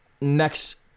next